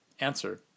Answer